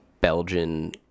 Belgian